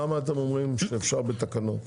למה אתם אומרים שאפשר בתקנות?